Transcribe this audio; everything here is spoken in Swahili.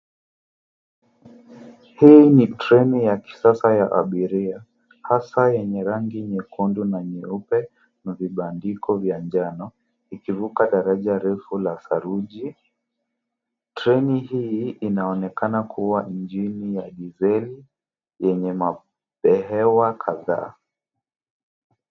Hii ni treni ya kisasa ya abiria hasaa yenye rangi nyekundu na nyeupe na vibandiko vya njano ikivuka daraja refu la saruji. Treni hii inaonekana kuwa injini ya dizeli yenye mahewa kadhaa.